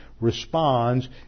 responds